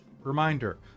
reminder